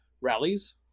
rallies